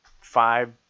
five